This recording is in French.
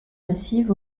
massives